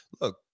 look